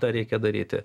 tą reikia daryti